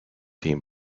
team